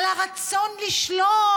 על הרצון לשלוט,